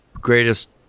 greatest